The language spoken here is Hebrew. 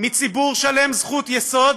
מציבור שלם זכות יסוד